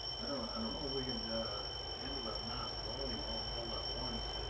i don't i don't know if he can handle that mass volume all all at once.